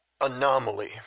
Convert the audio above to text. Anomaly